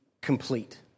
complete